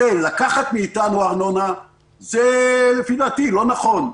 לקחת מאיתנו ארנונה לפי דעתי זה לא נכון.